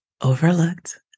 overlooked